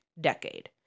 decade